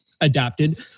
adapted